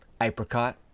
apricot